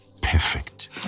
perfect